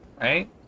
Right